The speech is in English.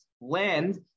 land